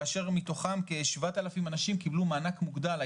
כאשר מתוכם כ-7,000 אנשים קיבלו מענק מוגדל.